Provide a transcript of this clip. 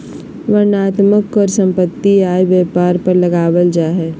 वर्णनात्मक कर सम्पत्ति, आय, व्यापार पर लगावल जा हय